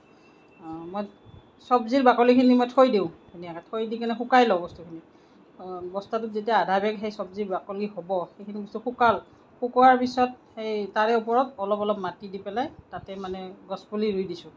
মই চব্জিৰ বাকলিখিনি মই থৈ দিওঁ ধুনীয়াকে থৈ দি কেনে শুকাই লওঁ বস্তুখিনি বস্তাটোত যেতিয়া আধা বেগ সেই চব্জিৰ বাকলি হ'ব সেইখিনি বস্তু শুকাল শুকোৱাৰ পিছত সেই তাৰে ওপৰত অলপ অলপ মাটি দি পেলাই তাতে মানে গছ পুলি ৰুই দিছোঁ